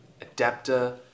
adapter